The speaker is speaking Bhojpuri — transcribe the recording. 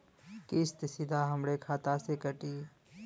किस्त सीधा हमरे खाता से कटी?